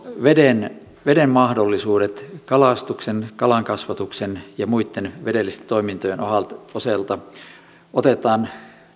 veden veden mahdollisuudet kalastuksen kalankasvatuksen ja muitten vedellisten toimintojen osalta osalta otetaan